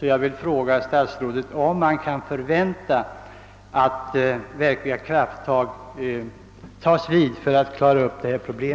därför fråga statsrådet, om man kan förvänta att verkligt kraftfulla åtgärder vidtas för att lösa dessa problem.